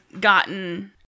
gotten